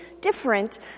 different